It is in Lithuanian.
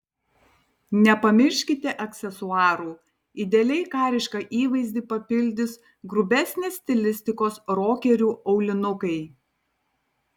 nepamirškite aksesuarų idealiai karišką įvaizdį papildys grubesnės stilistikos rokerių aulinukai